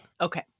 Okay